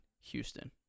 Houston